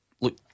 Look